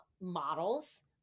models